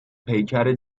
پیکر